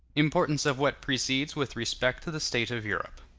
importance of what precedes with respect to the state of europe